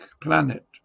planet